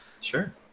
Sure